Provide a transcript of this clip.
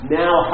now